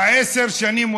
עשר שנים,